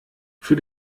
für